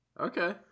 Okay